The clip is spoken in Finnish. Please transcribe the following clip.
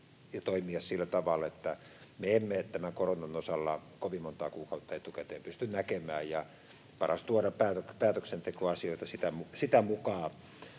ja toimia sillä tavalla, että me emme tämän koronan osalta pysty näkemään kovin montaa kuukautta etukäteen ja on paras tuoda päätöksentekoasioita sitä mukaa